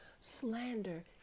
Slander